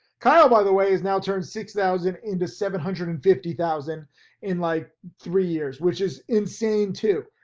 kyle, by the way is now turned six thousand into seven hundred and fifty thousand in like three years, which is insane too.